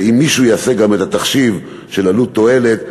אם מישהו יעשה גם את התחשיב של עלות תועלת,